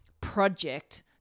project